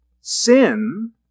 Sin